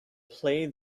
play